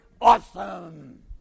Awesome